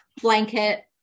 blanket